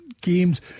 games